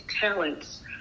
talents